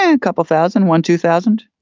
a couple thousand. one, two thousand.